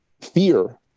fear